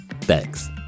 Thanks